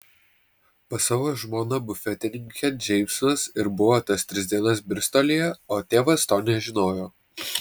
pas savo žmoną bufetininkę džeimsas ir buvo tas tris dienas bristolyje o tėvas to nežinojo